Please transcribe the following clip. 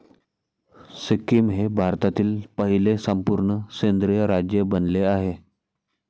सिक्कीम हे भारतातील पहिले संपूर्ण सेंद्रिय राज्य बनले आहे